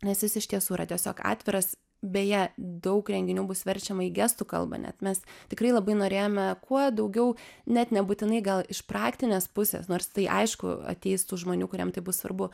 nes jis iš tiesų yra tiesiog atviras beje daug renginių bus verčiama į gestų kalbą net mes tikrai labai norėjome kuo daugiau net nebūtinai gal iš praktinės pusės nors tai aišku ateis tų žmonių kuriem tai bus svarbu